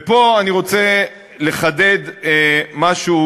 ופה אני רוצה לחדד משהו,